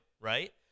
right